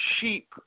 sheep